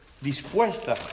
dispuesta